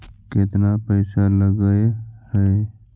केतना पैसा लगय है?